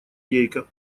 гейка